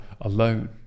alone